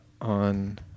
on